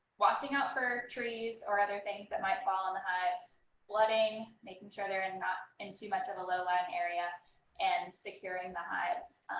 watching out for trees or other things that might fall on the hives flooding, make and sure they're and not in too much of the low line area and securing the hives.